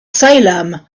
salem